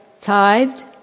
tithed